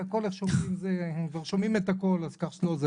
הם כבר שומעים את הכל, אז כך שלא.